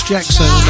Jackson